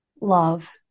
Love